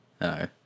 No